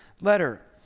letter